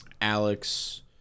Alex